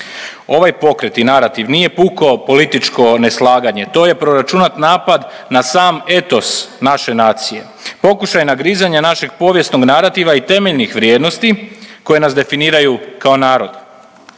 Ovaj pokret i narativ nije puko političko neslaganje, to je proračunat napad na sam etos naše nacije. Pokušaj nagrizanja našeg povijesnog narativa i temeljnih vrijednosti koje nas definiraju kao narod.